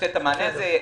לתת את המענה הזה.